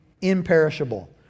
Imperishable